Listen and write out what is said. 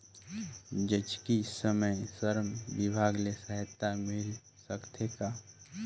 जचकी समय श्रम विभाग ले सहायता मिल सकथे का?